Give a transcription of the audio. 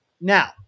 Now